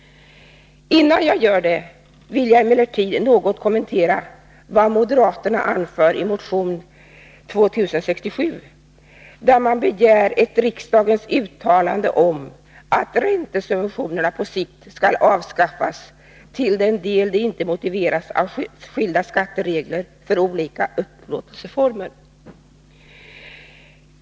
Innan jag gör det vill jag emellertid något kommentera vad moderaterna anför i motion 2067, där man begär ett riksdagens uttalande om att räntesubventionerna på sikt skall avskaffas till den del de icke motiveras av skilda skatteregler för olika upplåtelseformer.